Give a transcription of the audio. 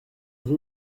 rue